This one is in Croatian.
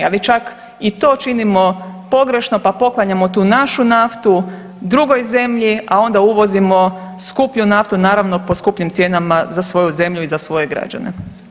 Ali čak i to činimo pogrešno, pa poklanjamo tu našu naftu drugoj zemlji, a onda uvozimo skuplju naftu naravno po skupljim cijenama za svoju zemlju i za svoje građane.